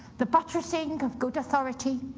the buttressing of good authority,